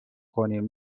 کنیم